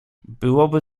byłoby